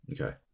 Okay